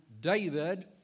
David